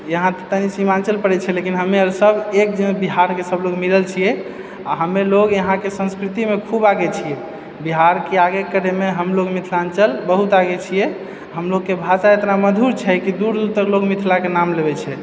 यहाँ तनी सीमांचल पड़ैत छै लेकिन हमे आओर सब एक जन बिहारके सब लोग मिलल छियै आ हमे लोग यहाँके संस्कृतिमे खूब आगे छियै बिहारके आगे करएमे हमलोग मिथिलाञ्चल बहुत आगे छियै हमलोगके भाषा एतना मधुर छै कि दूर तक लोग मिथिलाके नाम लेबए छै